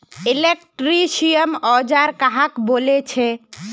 Electrician औजार कहाक बोले छे?